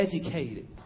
educated